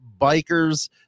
Biker's